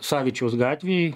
savičiaus gatvėj